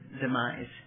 demise